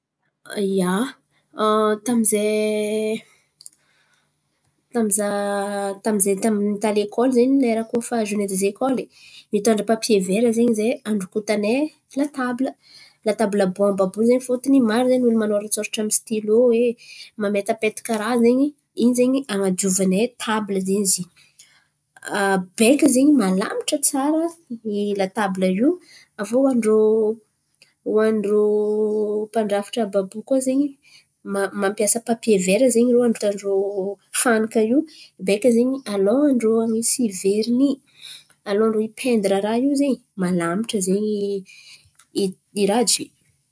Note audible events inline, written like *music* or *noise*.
Ia, *hesitation* tamy zahay tamy za tamy zahay tamy ta lekôly zen̈y, lera koa fa zorine de zekôly, mitondra papie vera zen̈y zahay androkotanay latabla. Latabla bomba àby io zen̈y fôtony maro zen̈y manôratsôratra amy sitilô e mametapetaka raha zen̈y. In̈y zen̈y an̈adiovanay tabla zen̈y izy iny *hesitation* beka zen̈y malamatra tsara i latabla io. Aviô hoan-drô hoan-drô mpandrafitry àby àby io koa zen̈y ma- mampiasa papie vera zen̈y irô androkotan-drô fanaka io beka zen̈y alohan-drô han̈isy verinÿ. Alohany irô hipaindira raha io zen̈y malamatra zen̈y i raha jay.